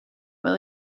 will